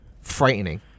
Frightening